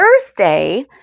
Thursday